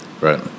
Right